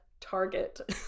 Target